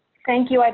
thank you. like